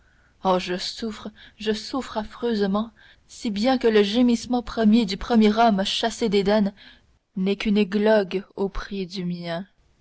oh je souffre je souffre affreusement si bien que le gémissement premier du premier homme chassé d'éden n'est qu'une églogue au prix du mien